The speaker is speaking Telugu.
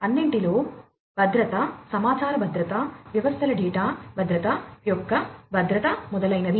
అన్నింటిలో భద్రత సమాచార భద్రత వ్యవస్థల డేటా భద్రత యొక్క భద్రత మొదలైనవి